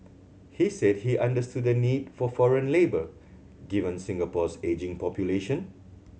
he said he understood the need for foreign labour given Singapore's ageing population